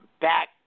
back